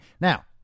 Now